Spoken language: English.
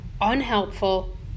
unhelpful